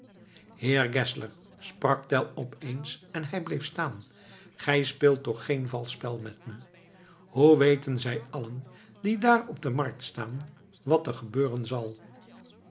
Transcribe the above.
heer geszler sprak tell opeens en hij bleef staan gij speelt toch geen valsch spel met me hoe weten zij allen die daar op de markt staan wat er gebeuren zal